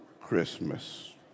Christmas